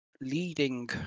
leading